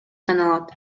саналат